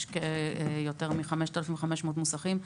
יש יותר מ-5,500 מוסכים.